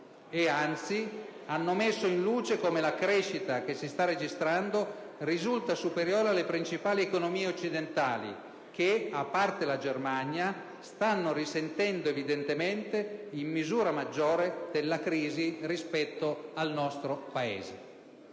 e anzi hanno messo in luce come la crescita che si sta registrando risulta superiore alle principali economie occidentali, che - a parte la Germania - stanno risentendo in misura maggiore della crisi rispetto al nostro Paese.